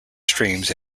streams